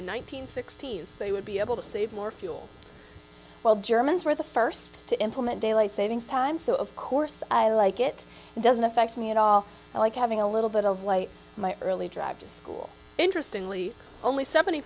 they would be able to save more fuel well germans were the first to implement daylight savings time so of course i like it doesn't affect me at all i like having a little bit of light my early drive to school interestingly only seventy